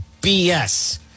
BS